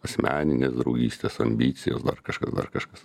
asmeninės draugystės ambicijos dar kažkas dar kažkas